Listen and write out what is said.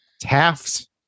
Taft